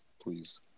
please